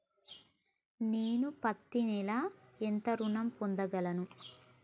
నేను పత్తి నెల ఎంత ఋణం పొందగలను?